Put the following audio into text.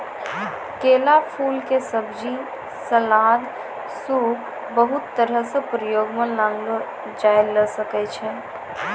केला फूल के सब्जी, सलाद, सूप बहुत तरह सॅ प्रयोग मॅ लानलो जाय ल सकै छो